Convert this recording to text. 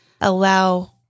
allow